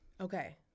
okay